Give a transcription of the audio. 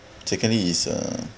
secondly it's a